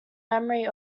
memory